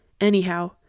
Anyhow